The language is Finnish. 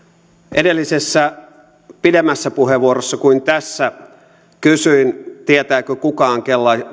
edellisessä pidemmässä puheenvuorossa kuin tässä kysyin tietääkö kukaan